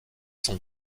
son